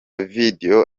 video